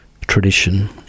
tradition